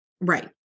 Right